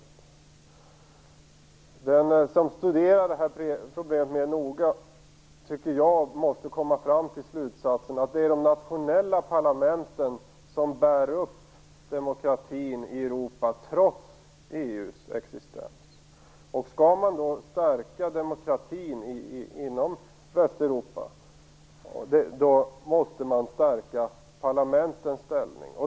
Jag anser att den som studerar det här problemet mycket noga måste komma till slutsatsen att det är de nationella parlamenten som bär upp demokratin i Europa, trots EU:s existens. Om man skall stärka demokratin inom Västeuropa måste man stärka parlamentens ställning.